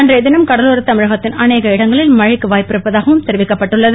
அன்றைய தினம் கடலோர தமிழகத்தின் அநேக இடங்களில் மழைக்கு வாய்ப்பிருப்பதாகவும் தெரிவிக்கப்பட்டுள்ளது